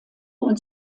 und